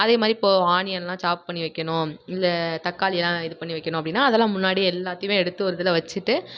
அதேமாதிரி இப்போது ஆனியனெலாம் சாப் பண்ணி வைக்கணும் இல்லை தக்காளியெலாம் இது பண்ணி வைக்கணும் அப்படின்னா அதெல்லாம் முன்னாடியே எல்லாத்தையுமே எடுத்து ஒரு இதில் வெச்சுட்டு